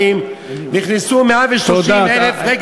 אני